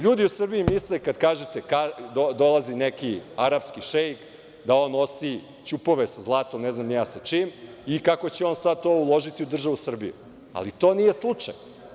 LJudi u Srbiji misle, kada kažete da dolazi neki arapski šeik, da on nosi ćupove sa zlatom, ne znam ni ja sa čim, i kako će on sad to uložiti u državu Srbiju, ali to nije slučaj.